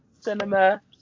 cinema